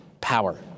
power